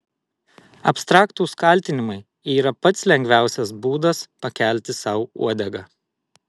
abstraktūs kaltinimai yra pats lengviausias būdas pakelti sau uodegą